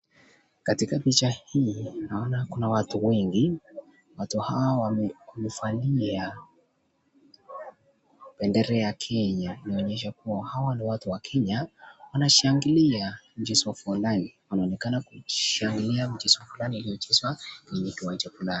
Katika picha hii naona Kuna watu wengi watu hawa wamefanyai bendera inaonyesha kuwa hawa ni watu wa kenya wanashangilia mchezo fulani inaonekana kushangilia mchezo fulani iiyocheswe kwenye kiwanja fulani.